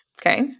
Okay